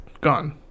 gone